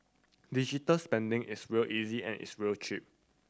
digital spending is real easy and it's real cheap